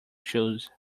choose